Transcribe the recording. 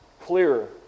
clearer